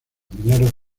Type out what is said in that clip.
mineros